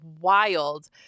wild